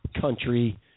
country